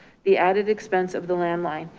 the added expense of the landline.